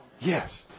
Yes